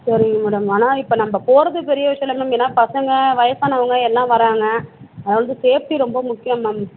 சரிங்க மேடம் ஆனால் இப்போ நம்ம போகிறது பெரிய விஷயம் இல்லை மேம் ஏன்னா பசங்கள் வயசானவங்கள் எல்லாம் வர்றாங்க அதாவது சேஃப்டி ரொம்ப முக்கியம் மேம்